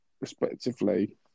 respectively